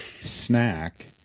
snack